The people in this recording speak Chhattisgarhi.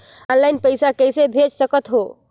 ऑनलाइन पइसा कइसे भेज सकत हो?